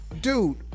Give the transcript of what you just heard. Dude